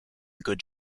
good